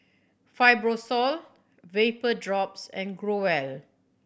Fibrosol Vapodrops and Growell